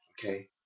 Okay